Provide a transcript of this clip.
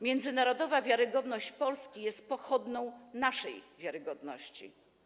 Międzynarodowa wiarygodność Polski jest pochodną naszej wiarygodności.